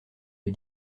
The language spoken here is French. les